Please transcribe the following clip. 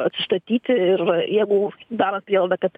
atstatyti ir jeigu darot prielaidą kad